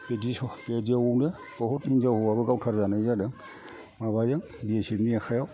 बिदियावनो बहुद हिनजाव हौवाबो गावथार जानाय जादों माबाजों बि एस एफनि आखाइयाव